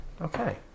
Okay